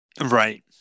right